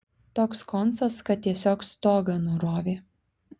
toks koncas kad tiesiog stogą nurovė